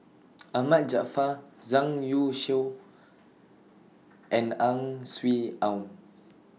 Ahmad Jaafar Zhang Youshuo and Ang Swee Aun